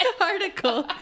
article